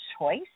choice